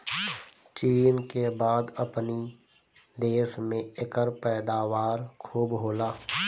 चीन के बाद अपनी देश में एकर पैदावार खूब होला